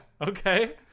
Okay